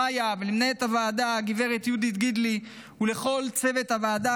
למיה ולמנהלת הוועדה הגב' יהודית גידלי ולכל צוות הוועדה,